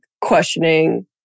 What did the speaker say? questioning